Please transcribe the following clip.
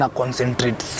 concentrate